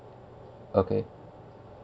okay